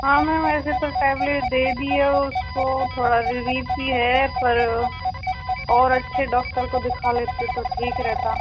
हाँ मैम ऐसे तो टेबलेट दे दी है उसको थोड़ा रिलीफ़ भी है पर और अच्छे डॉक्टर को दिखा लेते तो ठीक रहता